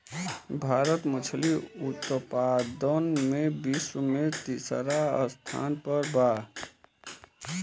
भारत मछली उतपादन में विश्व में तिसरा स्थान पर बा